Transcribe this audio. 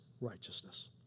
righteousness